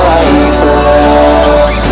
Lifeless